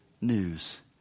news